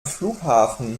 flughafen